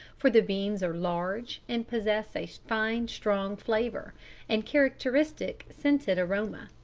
for the beans are large and possess a fine strong flavour and characteristic scented aroma.